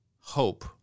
hope